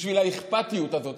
בשביל האכפתיות הזאת.